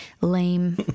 lame